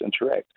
interact